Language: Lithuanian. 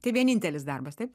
tai vienintelis darbas taip